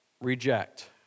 reject